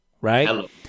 right